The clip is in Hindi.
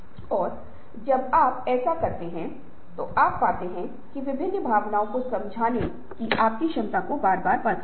और अगर आप इन सभी चरणों का विश्लेषण करते हैं तो तीन चीजें सामने आ रही हैं